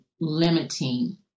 limiting